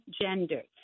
genders